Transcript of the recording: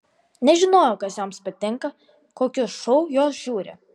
nežinojau kas joms patinka kokius šou jos žiūri